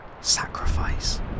sacrifice